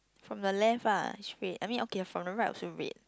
from the left ah should be I mean okay from the right also red